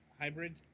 hybrid